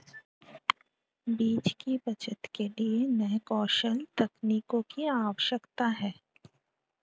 बीज की बचत के लिए नए कौशल तकनीकों की आवश्यकता है